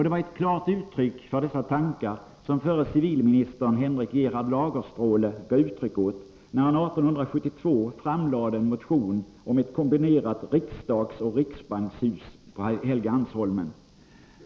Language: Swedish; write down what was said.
Det var dessa tankar som förre civilministern Henrik Gerhard Lagerstråle gav klart uttryck åt när han år 1872 framlade en motion om ett kombinerat riksdagsoch riksbankshus på Helgeandsholmen.